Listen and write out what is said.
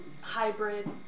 hybrid